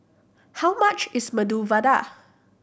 how much is Medu Vada